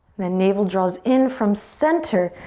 then navel draws in from center.